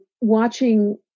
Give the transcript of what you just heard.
watching